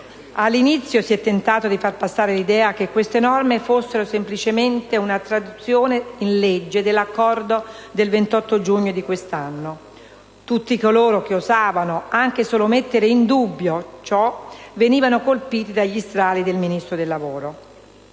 All'inizio si è tentato di far passare l'idea che queste norme fossero semplicemente una traduzione in legge dell'accordo del 28 giugno di quest'anno. Tutti coloro che osavano anche solo mettere in dubbio ciò venivano colpiti dagli strali del Ministro del lavoro.